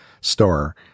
store